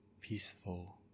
peaceful